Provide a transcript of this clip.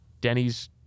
Denny's